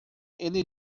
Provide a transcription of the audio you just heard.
ele